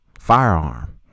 firearm